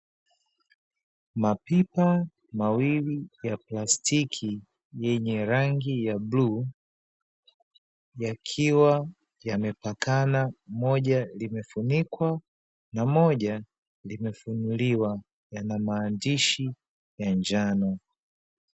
Mapipa mawili ya plastiki yenye rangi ya bluu yakiwa yamepakana moja limefunikwa na moja limefunuliwa yana maandishi ya njano.